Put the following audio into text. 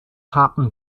happen